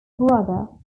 brother